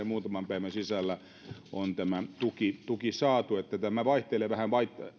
muutaman päivän sisällä on tämä tuki tuki saatu eli tämä tilanne vaihtelee vähän